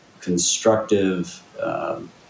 constructive